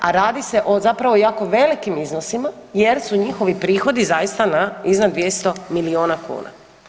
A radi se o zapravo jako velikim iznosima jer su njihovi prihodi zaista iznad 200 milijuna kuna.